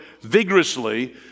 vigorously